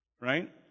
right